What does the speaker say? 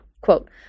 Quote